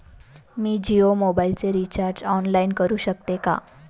मी जियो मोबाइलचे recharge online करू शकते का?